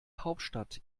hauptstadt